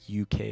UK